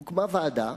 הוקמה ועדה